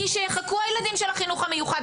כי שיחכו הילדים של החינוך המיוחד.